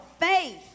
faith